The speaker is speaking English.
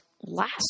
last